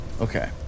Okay